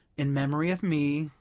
in memory of me,